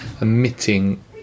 emitting